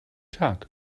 tag